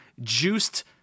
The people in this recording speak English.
juiced